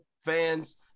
fans